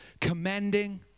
commending